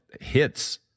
hits